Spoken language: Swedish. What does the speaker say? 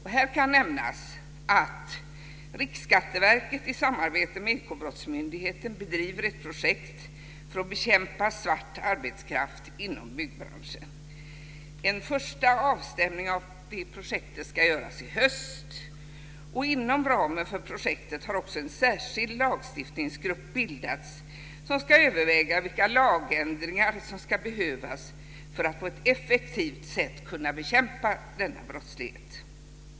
Här kan nämnas att Riksskatteverket i samarbete med Ekobrottsmyndigheten bedriver ett projekt för att bekämpa svart arbetskraft inom byggbranschen. En första avstämning av projektet ska göras i höst. Inom ramen för projektet har också en särskild lagstiftningsgrupp bildats som ska överväga vilka lagändringar som kan behövas för att på ett effektivt sätt kunna bekämpa denna brottslighet.